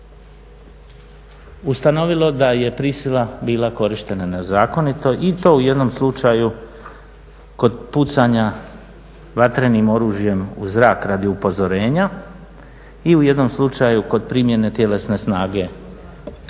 ustanovilo da je prisila bila korištena na zakonito i to u jednom slučaju kod pucanja vatrenim oružjem u zrak radi upozorenja i u jednom slučaju kod primjene tjelesne snage u